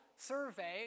survey